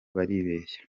baribeshya